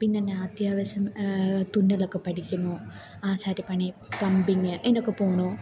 പിന്നെന്നാ അത്യാവശ്യം തുന്നലൊക്കെ പഠിക്കുന്നു ആശാരിപ്പണി പ്ലമ്പിങ് എന്നൊക്കെ പോകുന്നു